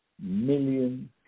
million